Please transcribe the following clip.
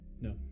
No